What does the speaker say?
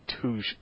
two